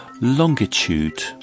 longitude